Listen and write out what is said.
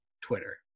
Twitter